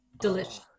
delicious